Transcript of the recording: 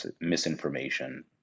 misinformation